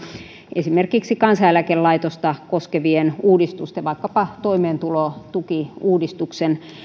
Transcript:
esimerkiksi kansaneläkelaitosta koskevien uudistusten vaikkapa toimeentulotukiuudistuksen